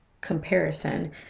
comparison